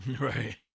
Right